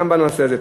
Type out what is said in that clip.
גם בנושא הזה.